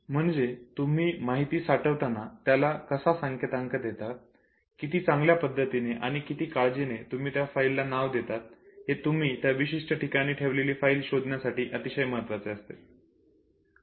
म्हणजे तुम्ही माहिती साठवताना त्याला कसा संकेतांक देतात किती चांगल्या पद्धतीने आणि किती काळजीने तुम्ही त्या फाईलला नाव देतात हे तुम्ही त्या विशिष्ट ठिकाणी ठेवलेली फाईल शोधण्यासाठी अतिशय महत्त्वाचे असते